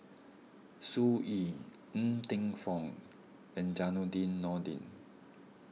Sun Yee Ng Teng Fong and Zainudin Nordin